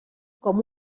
com